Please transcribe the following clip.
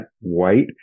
white